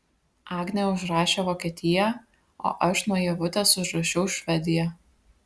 agnė užrašė vokietiją o aš nuo ievutės užrašiau švediją